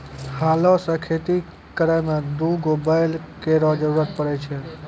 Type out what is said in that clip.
हलो सें खेती करै में दू गो बैल केरो जरूरत पड़ै छै